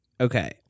Okay